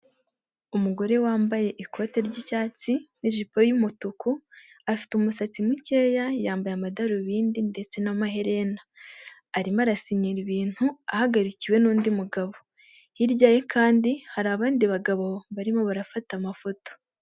Umugore wambaye ikoti ry'icyatsi n’ijipo y’umutuku, afite umusatsi mukeya, yambaye amadarubindi ndetse n'amaherena, arimo arasinyira ibintu ahagarikiwe n'undi mugabo, hirya ye kandi hari abandi bagabo barimo barafata amafoto.